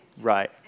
right